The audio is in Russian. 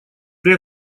при